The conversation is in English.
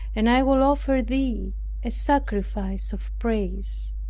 and i will offer thee a sacrifice of praise.